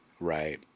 right